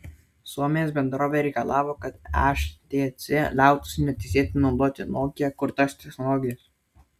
suomijos bendrovė reikalavo kad htc liautųsi neteisėtai naudoti nokia kurtas technologijas